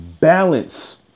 balance